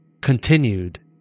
Continued